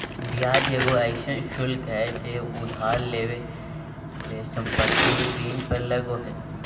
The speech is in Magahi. ब्याज एगो अइसन शुल्क हइ जे उधार लेवल संपत्ति ऋण पर लगो हइ